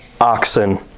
oxen